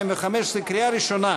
התשע"ו 2015, קריאה ראשונה,